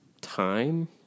time